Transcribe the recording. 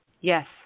Yes